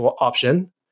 option